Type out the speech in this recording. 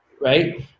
right